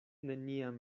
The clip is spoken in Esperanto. neniam